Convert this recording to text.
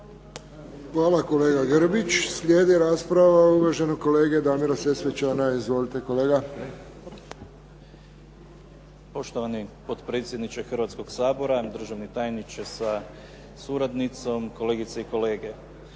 Hvala kolega Grbić. Slijedi rasprava uvaženog kolege Damira Sesvečana. Izvolite kolega. **Sesvečan, Damir (HDZ)** Poštovani potpredsjedniče Hrvatskoga sabora, državni tajniče sa suradnicom, kolegice i kolege.